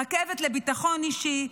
רכבת לביטחון אישי,